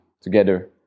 together